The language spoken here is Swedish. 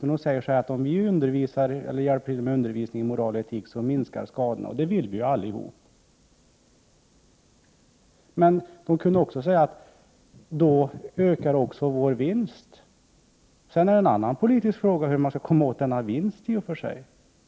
Men man säger: Om ni hjälper till med undervisningen i moral och etik, minskar skadorna. Men det är ju något som vi alla vill. Försäkringsbolagen kunde lika gärna säga att det skulle bli en ökad vinst. En annan politisk fråga är hur man kan komma åt denna vinst.